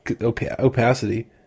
opacity